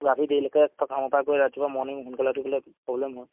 ৰাতি দেৰিলৈকে ত কামৰ পৰা গৈ ৰাতিপুৱা মৰ্ণিং সোনকালে উঠিবলৈ প্ৰবলেম হয়